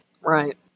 Right